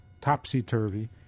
topsy-turvy